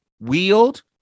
wield